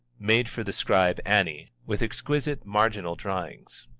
made for the scribe ani, with exquisite marginal drawings.